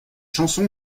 chanson